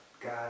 God